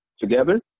together